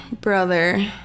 brother